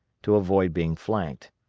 to avoid being flanked.